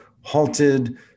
halted